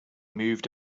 moved